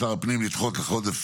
הלקח שאני לוקח איתי לקראת השנה החדשה,